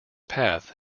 path